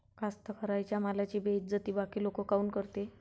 कास्तकाराइच्या मालाची बेइज्जती बाकी लोक काऊन करते?